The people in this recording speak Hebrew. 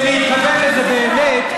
ולהתכוון לזה באמת,